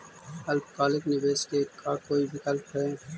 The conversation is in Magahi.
अल्पकालिक निवेश के का कोई विकल्प है?